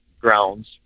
grounds